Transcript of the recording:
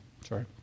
sorry